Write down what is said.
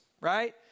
right